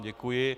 Děkuji.